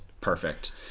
perfect